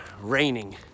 raining